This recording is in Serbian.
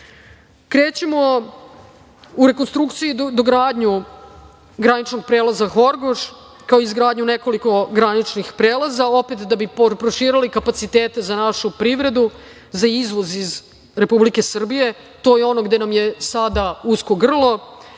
u rekonstrukciju i dogradnju graničnog prelaza Horgoš, kao i izgradnju nekoliko graničnih prelaza, opet da bi proširili kapacitete za našu privredu, za izvoz iz Republike Srbije. To je ono gde nam je sada usko grlo.